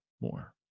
more